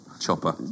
chopper